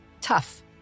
tough